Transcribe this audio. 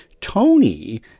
Tony